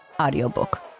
audiobook